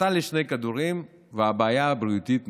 נתן לי שני כדורים והבעיה הבריאותית נפתרה.